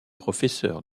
professeur